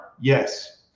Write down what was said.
yes